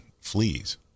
fleas